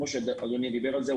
כמו שאדוני דיבר על זה,